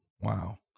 Wow